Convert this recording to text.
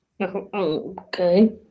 Okay